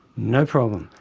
no problem.